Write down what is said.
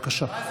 בבקשה.